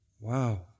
Wow